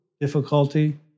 difficulty